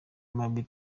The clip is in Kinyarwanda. mabi